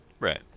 Right